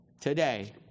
today